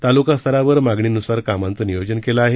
तालुकास्तरावर मागणीनुसार कामांचं नियोजन केलं आहे